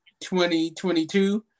2022